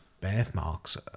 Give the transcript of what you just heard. Birthmarks